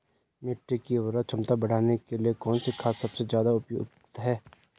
मिट्टी की उर्वरा क्षमता बढ़ाने के लिए कौन सी खाद सबसे ज़्यादा उपयुक्त है?